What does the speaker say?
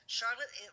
Charlotte